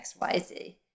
XYZ